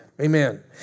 Amen